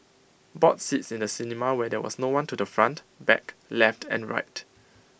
bought seats in the cinema where there was no one to the front back left and right